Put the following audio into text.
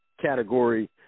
category